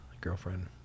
girlfriend